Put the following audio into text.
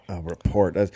report